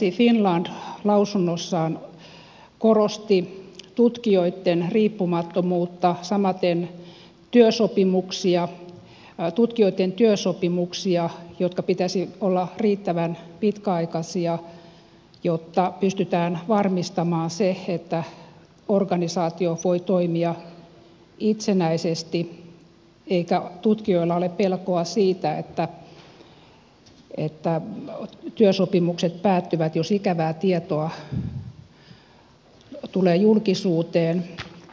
transparency finland lausunnossaan korosti tutkijoitten riippumattomuutta samaten tutkijoitten työsopimuksia joiden pitäisi olla riittävän pitkäaikaisia jotta pystytään varmistamaan se että organisaatio voi toimia itsenäisesti eikä tutkijoilla ole pelkoa siitä että työsopimukset päättyvät jos ikävää tietoa tulee julkisuuteen